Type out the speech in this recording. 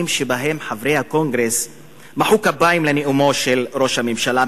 שחברי הקונגרס מחאו כפיים בנאומו של ראש הממשלה,